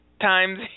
times